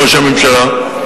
ראש הממשלה.